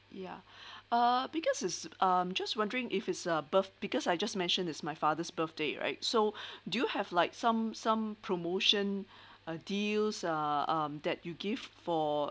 ya uh because it's I'm just wondering if it's a birth~ because I just mentioned it's my father's birthday right so do you have like some some promotion uh deals uh um that you give for